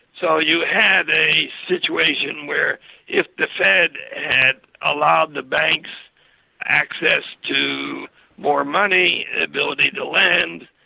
so you had a situation where if the fed had allowed the banks access to more money, an ability to lend,